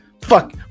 Fuck